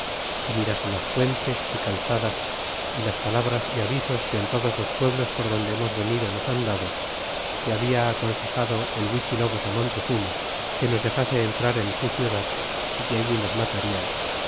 y mirase las puentes y calzadas y las palabras y avisos que en todos los pueblos por donde hemos venido nos han dado que habla aconsejado el huichilobos montezuma que nos dexase entrar en su eitelad y que allí nos matarían